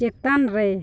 ᱪᱮᱛᱟᱱ ᱨᱮ